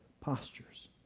postures